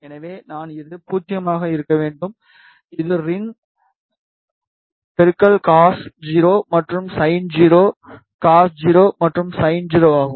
எனவே நான் இது 0 ஆக இருக்க வேண்டும் இது ரின் cos0 மற்றும் sin0 cos0 மற்றும் sin0 ஆகும்